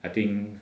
I think